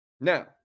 Now